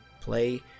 play